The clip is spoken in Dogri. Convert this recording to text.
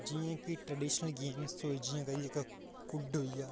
जि'यां कि ट्रडीशनल गेम्स होई जि'यां करी जेह्का कुड्ड होई गेआ